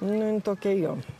nu jin tokia jo